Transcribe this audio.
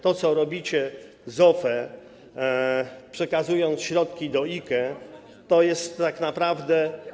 To, co robicie z OFE, przekazując środki do IKE, to jest tak naprawdę.